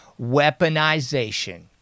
weaponization